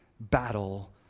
Battle